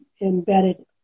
embedded